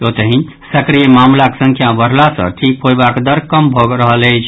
ओतहि सक्रिय मामिलाक संख्या बढ़ला सँ ठीक होयबाक दर कम भऽ रहल अछि